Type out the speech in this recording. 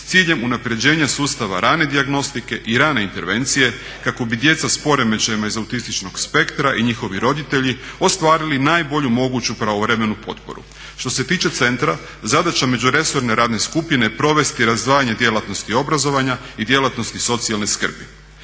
s ciljem unapređenja sustava rane dijagnostike i rane intervencije kako bi djeca sa poremećajima iz autističnog spektra i njihovi roditelji ostvarili najbolju moguću pravovremenu potporu. Što se tiče centra zadaća međuresorne radne skupine je provesti razdvajanje djelatnosti obrazovanja i djelatnosti socijalne skrbi.